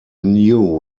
new